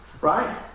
right